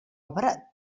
obra